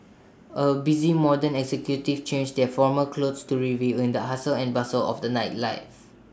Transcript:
A busy modern executives change their formal clothes to revel in the hustle and bustle of the nightlife